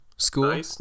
School